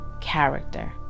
character